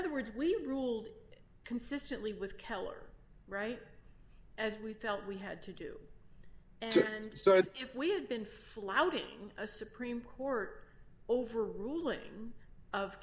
other words we ruled consistently with keller right as we felt we had to do and if we had been flouting a supreme court overruling of